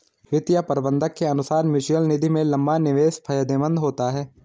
वित्तीय प्रबंधक के अनुसार म्यूचअल निधि में लंबा निवेश फायदेमंद होता है